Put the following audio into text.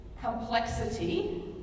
complexity